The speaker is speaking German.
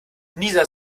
nieser